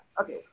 Okay